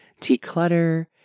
declutter